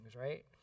right